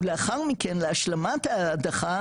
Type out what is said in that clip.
ולאחר מכן להשלמת ההדחה,